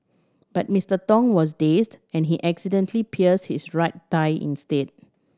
but Mister Tong was dazed and he accidentally pierced his right thigh instead